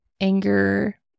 Anger